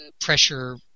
pressure